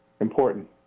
important